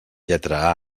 lletra